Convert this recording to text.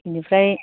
बेनिफ्राय